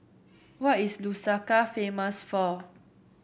what is Lusaka famous for